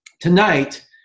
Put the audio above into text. Tonight